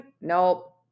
Nope